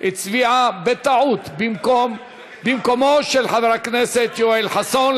הצביעה בטעות במקומו של חבר הכנסת יואל חסון.